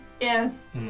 Yes